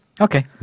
Okay